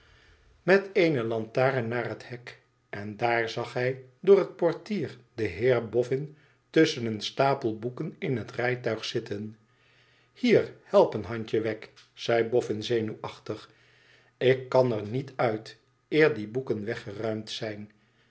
met eene lantaren naar het hek en daar zag hij door het portier den heer boffin tusschen een stapel boeken in het rijtuig zitten thier help een handje wegg zei boffin zenuwachtig tik kan er niet uit eer die boeken weggeruimd zijn